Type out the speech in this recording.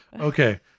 Okay